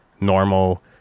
normal